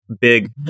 big